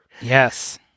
Yes